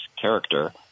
character